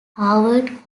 harvard